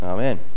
Amen